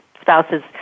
spouse's